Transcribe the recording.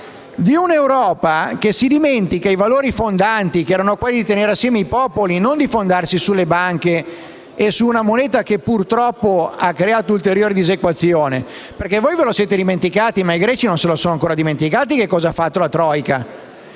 un'Europa che si dimentica i valori fondanti, che erano quelli di tenere insieme i popoli, non quelli di fondarsi sulle banche e su una moneta che purtroppo ha creato ulteriori disuguaglianze. Voi ve lo siete dimenticato, ma i Greci non si sono ancora dimenticati che cosa ha fatto la *troika*.